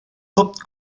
hop